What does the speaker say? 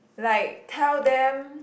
like tell them